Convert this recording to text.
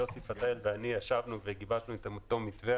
יוסי פתאל ואני ישבנו וגיבשנו את המתווה.